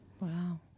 Wow